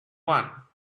one